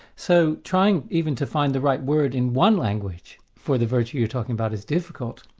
so trying even to find the right word in one language for the virtue you're talking about is difficult.